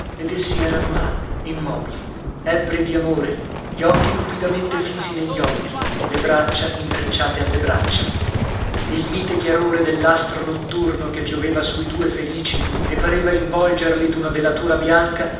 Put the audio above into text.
ed essi erano là immobili ebbri di amore gli occhi cupidamente fisi negli occhi le braccia intrecciate alle braccia il mite chiarore dell'astro notturno che pioveva sui due felici e pareva involgerli d'una velatura bianca